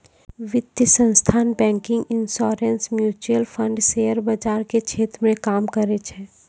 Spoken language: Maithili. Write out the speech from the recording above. वित्तीय संस्थान banking insurance mutual fund share बाजार के क्षेत्र मे काम करै छै